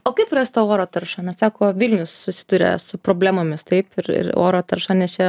o kaip rast tą oro taršą na sako vilnius susiduria su problemomis taip ir ir oro tarša nes čia